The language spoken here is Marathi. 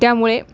त्यामुळे